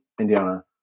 Indiana